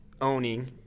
owning